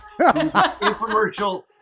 Infomercial